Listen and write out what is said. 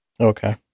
okay